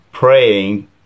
praying